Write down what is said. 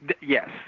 Yes